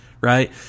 right